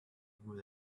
good